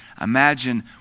imagine